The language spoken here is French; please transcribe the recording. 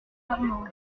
marmande